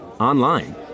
Online